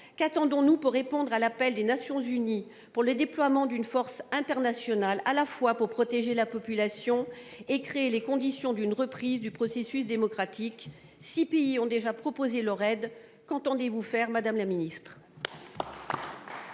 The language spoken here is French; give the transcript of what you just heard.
qu’attendons nous pour répondre à l’appel des Nations unies pour le déploiement d’une force internationale, à la fois pour protéger la population et pour créer les conditions d’une reprise du processus démocratique ? Six pays ont déjà proposé leur aide. Qu’entendez vous faire, madame la secrétaire